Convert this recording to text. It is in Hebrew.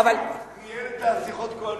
שר המשפטים ניהל את שיחות הקואליציה.